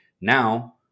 now